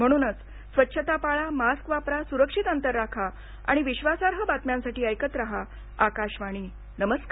म्हणून स्वच्छता पाळा मास्क वापरा सुरक्षित अंतर राखा आणि विश्वासार्ह बातम्यांसाठी ऐकत राहा आकाशवाणी नमस्कार